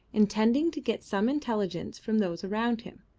intending to get some intelligence from those around him,